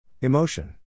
Emotion